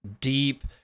deep